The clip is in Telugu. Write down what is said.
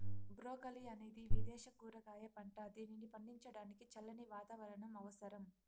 బ్రోకలి అనేది విదేశ కూరగాయ పంట, దీనిని పండించడానికి చల్లని వాతావరణం అవసరం